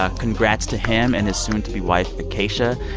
ah congrats to him and his soon-to-be-wife acacia.